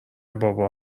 بابا